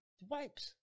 Wipes